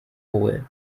wohl